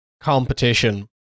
competition